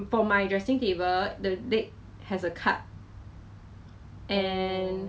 then 然后 I think 他很想 baking until she go and go Giant buy oven leh